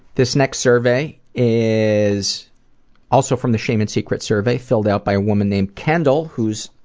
this next survey is also from the shame and secrets survey filled out by a woman named kendall who's,